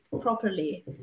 properly